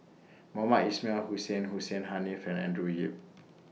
Mohamed Ismail Hussain Hussein Haniff and Andrew Yip